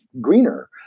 greener